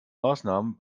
maßnahmen